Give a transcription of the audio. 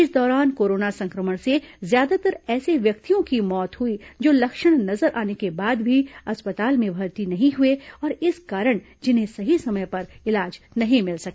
इस दौरान कोरोना संक्रमण से ज्यादातर ऐसे व्यक्तियों की मौत हुई जो लक्षण नजर आने के बाद भी अस्पताल में भर्ती नहीं हुए और इस कारण जिन्हें सही समय पर इलाज नहीं मिल सका